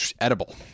edible